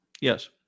Yes